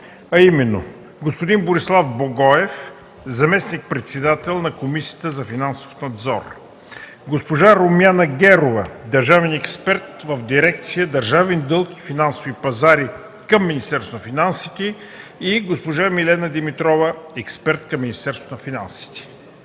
а именно господин Борислав Богоев – заместник-председател на Комисията за финансов надзор, госпожа Румяна Герова – държавен експерт в дирекция „Държавен дълг и финансови пазари” към Министерството на финансите, и госпожа Невена Димитрова – експерт към Министерството на финансите.